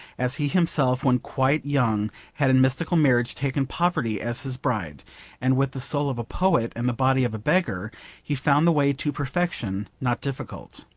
as he himself when quite young had in mystical marriage taken poverty as his bride and with the soul of a poet and the body of a beggar he found the way to perfection not difficult.